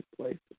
places